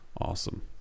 Awesome